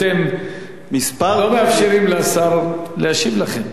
אתם לא מאפשרים לשר להשיב לכם.